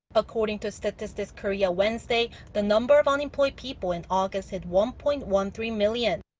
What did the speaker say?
according to statistics korea wednesday, the number of unemployed people in august hit one-point-one-three million.